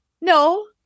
No